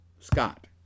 Scott